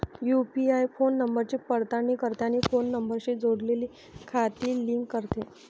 UPI phone नंबरची पडताळणी करते आणि फोन नंबरशी जोडलेली खाती लिंक करते